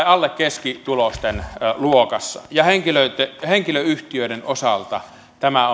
alle keskituloisten luokassa oltiin ja henkilöyhtiöiden osalta tämä